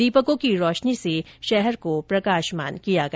दीपकों की रोशनी से शहर को प्रकाशमान किया गया